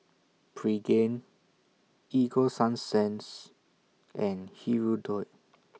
Pregain Ego Sunsense and Hirudoid